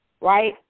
right